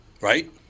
Right